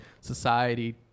society